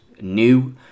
new